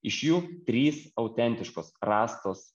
iš jų trys autentiškos rastos